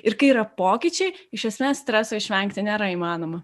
ir kai yra pokyčiai iš esmės streso išvengti nėra įmanoma